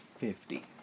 Fifty